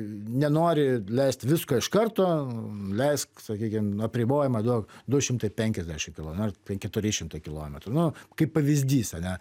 nenori leist visko iš karto leisk sakykim apribojimą duok du šimtai penkiasdešimt kilom nu keturi šimtai kilometrų nu kaip pavyzdys ane